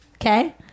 okay